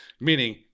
Meaning